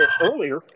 earlier